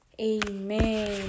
Amen